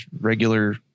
regular